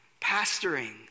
pastoring